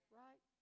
right